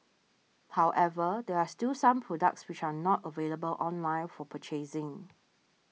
however there are still some products which are not available online for purchasing